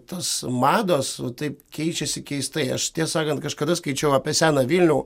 tos mados taip keičiasi keistai aš tiesą sakant kažkada skaičiau apie seną vilnių